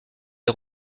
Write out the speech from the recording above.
des